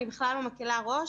אני לא מקלה ראש,